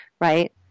right